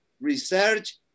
research